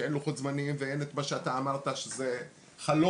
שאין לוחות זמנים ואין את מה שאתה אמרת שזה חלום